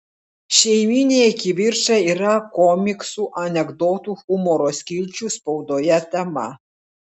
šeimyniniai kivirčai yra komiksų anekdotų humoro skilčių spaudoje tema